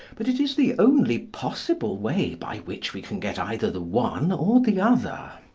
but it is the only possible way by which we can get either the one or the other.